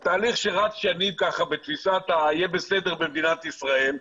זה תהליך שרץ שנים כך בתפיסת יהיה בסדר במדינת ישראל.